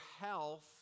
health